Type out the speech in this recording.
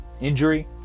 injury